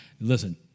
Listen